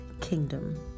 kingdom